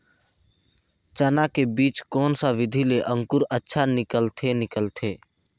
चाना के बीजा कोन सा विधि ले अंकुर अच्छा निकलथे निकलथे